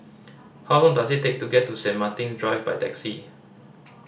how long does it take to get to Saint Martin's Drive by taxi